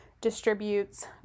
distributes